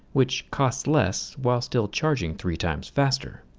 which costs less while still charging three times faster.